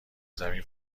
زمین